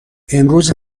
امروز